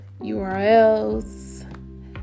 URLs